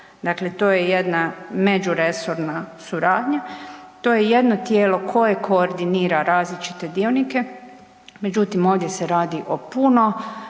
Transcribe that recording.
dakle, to je jedna međuresorna suradnja, to je jedno tijelo koje koordinira različite dionike. Međutim ovdje se radi o puno